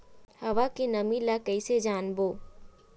हवा के नमी ल कइसे जानबो?